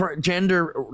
gender